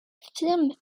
firme